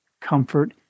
comfort